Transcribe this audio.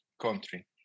country